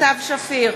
סתיו שפיר,